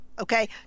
okay